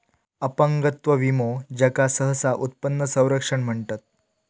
अपंगत्व विमो, ज्याका सहसा उत्पन्न संरक्षण म्हणतत